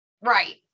right